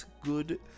good